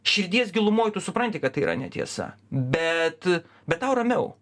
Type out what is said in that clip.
širdies gilumoj tu supranti kad tai yra netiesa bet bet tau ramiau